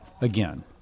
again